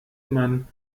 man